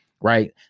Right